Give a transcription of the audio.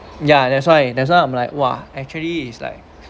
ya that's why that's why I'm like !wah! actually is like